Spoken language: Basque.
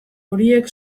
horiek